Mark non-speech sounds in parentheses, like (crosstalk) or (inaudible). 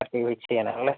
(unintelligible) ആണല്ലെ